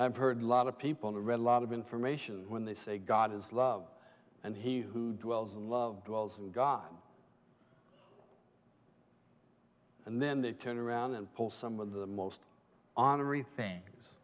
i've heard lot of people who read a lot of information when they say god is love and he who dwells in loved wells and god and then they turn around and pull some of the most on every things